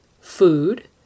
Food